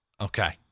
Okay